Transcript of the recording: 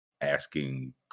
asking